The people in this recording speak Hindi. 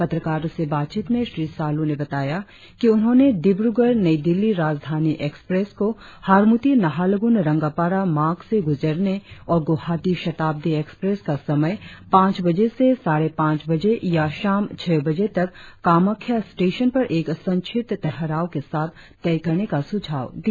पत्रकारों से बातचीत में श्री सालू ने बताया कि उन्होंने डिब्रगढ़ नई दिल्ली राजधानी एक्सप्रेस को हारमुति नाहरलगुन रंगापारा मार्ग से गुजरने और गुवाहाटी शताब्दी एक्सप्रेस का समय पाच बजे से साढ़े पाच बजे या शाम छह बजे तक कामाख्या स्टेशन पर एक संक्षिप्त ठहराव के साथ तय करने का सुझाव दिया